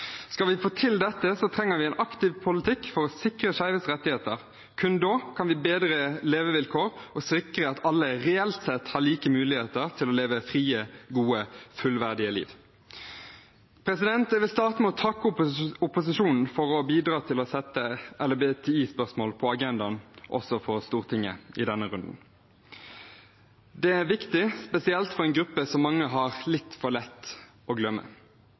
Skal vi få til dette, trenger vi en aktiv politikk for å sikre skeives rettigheter. Kun da kan vi bedre levevilkår og sikre at alle reelt sett har like muligheter til å leve et fritt, godt og fullverdig liv. Jeg vil starte med å takke opposisjonen for å bidra til å sette LHBTI-spørsmål på agendaen, også for Stortinget, i denne runden. Det er viktig, spesielt for en gruppe som mange har litt for lett for å glemme.